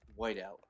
Whiteout